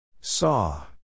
Saw